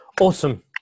Awesome